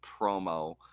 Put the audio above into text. promo